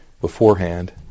beforehand